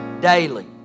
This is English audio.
Daily